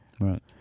Right